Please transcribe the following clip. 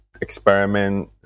experiment